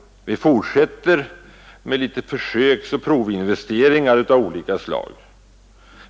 Vi fortsätter med litet försöksoch provinvesteringar av olika slag.